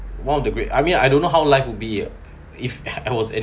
one of the great I mean I don't know how life would be ah if I was in